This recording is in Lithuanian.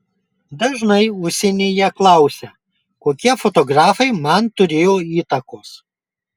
dažnai užsienyje klausia kokie fotografai man turėjo įtakos